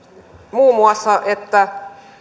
muun muassa että perhevapaille